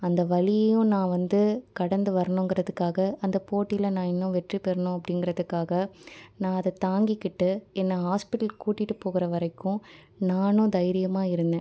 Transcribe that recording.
அந்த வலியும் நான் வந்து கடந்து வரணுங்கிறதுக்காக அந்த போட்டியில நான் இன்னும் வெற்றிப் பெறணும் அப்படிங்கிறதுக்காக நான் அதை தாங்கிகிட்டு என்னை ஹாஸ்ப்பிட்டல் கூட்டிட்டு போகிற வரைக்கும் நானும் தைரியமாக இருந்தேன்